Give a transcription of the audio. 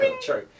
True